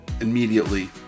immediately